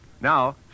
Now